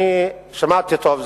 שמעתי טוב,